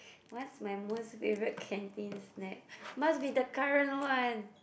what's my most favorite canteen snack must be the current one